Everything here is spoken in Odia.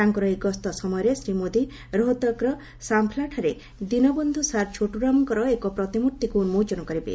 ତାଙ୍କର ଏହି ଗସ୍ତ ସମୟରେ ଶ୍ରୀ ମୋଦି ରୋହତକ୍ର ସାମ୍ପ୍ଲାଠାରେ ଦୀନବନ୍ଧୁ ସାର୍ ଛୋଟୁରାମ୍ଙ୍କର ଏକ ପ୍ରତିମ୍ଭିକୁ ଉନ୍ଜୋଚନ କରିବେ